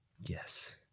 Yes